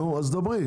נו, אז דברי.